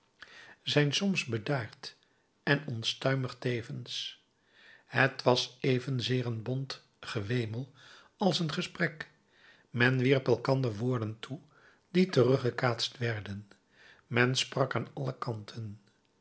zijn soms bedaard en onstuimig tevens het was evenzeer een bont gewemel als een gesprek men wierp elkander woorden toe die teruggekaatst werden men sprak aan alle kanten